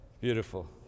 beautiful